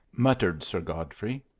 muttered sir godfrey,